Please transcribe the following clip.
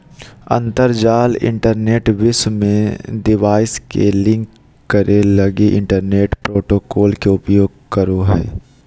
अंतरजाल इंटरनेट विश्व में डिवाइस के लिंक करे लगी इंटरनेट प्रोटोकॉल के उपयोग करो हइ